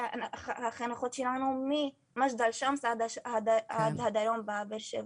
החניכות שלנו ממאג'דל שאמס שבצפון ועד הדרום בבאר שבע.